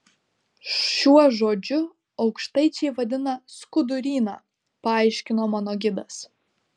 šiuo žodžiu aukštaičiai vadina skuduryną paaiškino mano gidas